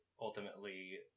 ultimately